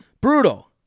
Brutal